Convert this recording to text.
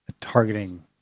targeting